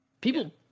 People